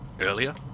earlier